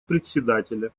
председателя